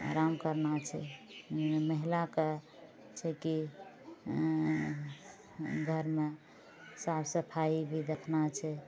आराम करना छै महिलाके छै की घरमे साफ सफाइ भी देखना छै